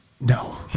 No